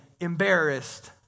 embarrassed